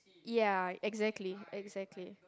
ya exactly exactly